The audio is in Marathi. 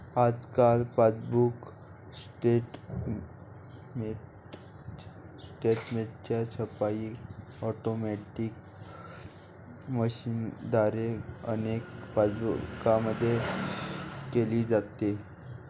आजकाल पासबुक स्टेटमेंटची छपाई ऑटोमॅटिक मशीनद्वारे अनेक बँकांमध्ये केली जाते